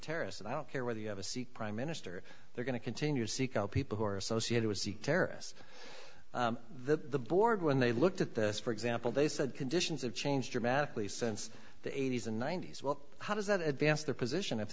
terrorists and i don't care whether you have a sikh prime minister they're going to continue to seek out people who are associated with sikh terrorists that the board when they looked at this for example they said conditions have changed dramatically since the eighty's and ninety's well how does that advance their position if